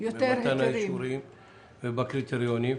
במתן האישורים ובקריטריונים.